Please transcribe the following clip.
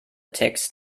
text